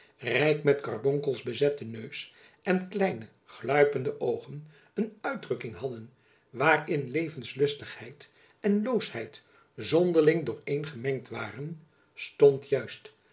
rijk met karbonkels bezette neus en kleine gluipende oogen een uitdrukking hadden waarin levenslustigheid en loosheid zonderling door een gemengd waren stond juist